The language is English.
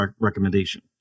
recommendation